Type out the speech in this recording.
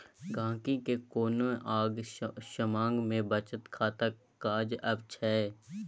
गांहिकी केँ कोनो आँग समाँग मे बचत खाता काज अबै छै